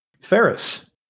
Ferris